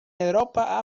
europa